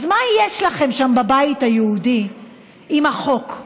אז מה יש לכם שם בבית היהודי עם החוק?